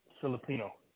Filipino